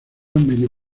medio